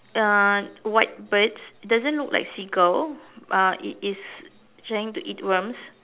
uh white birds it doesn't looks like seagull uh it is trying to eat worms